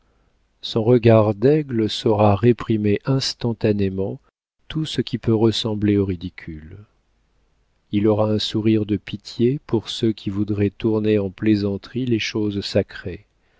son regard d'aigle saura réprimer instantanément tout ce qui peut ressembler au ridicule il aura un sourire de pitié pour ceux qui voudraient tourner en plaisanterie les choses sacrées